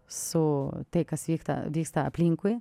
su tai kas vyksta vyksta aplinkui